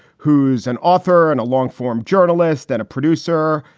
who's an author and a longform journalist and a producer.